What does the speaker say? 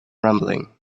rumbling